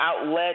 outlet